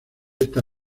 esta